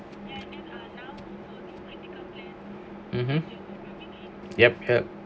(uh huh) yup yup